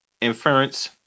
inference